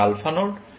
এটি alpha node